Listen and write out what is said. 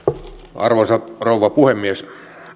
arvoisa rouva puhemies